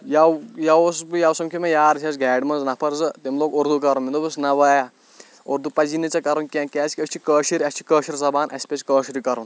یَوٕ یوٕ اوسُس بہٕ یَوٕ سَمکھیو مےٚ یار أسۍ ٲسۍ گاڑِ منٛز نَفر زٕ تٔمۍ لوگ اردوٗ کرُن مےٚ دوٚپُس نہ بایا اردوٗ پَزِی نہٕ ژےٚ کَرُن کیٚنٛہہ کیازِ کہِ أسۍ چھِ کٲشِر اَسہِ چھِ کٲشُر زَبان اَسہِ پَزِ کٲشرُے کَرُن